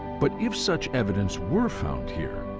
but if such evidence were found here,